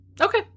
Okay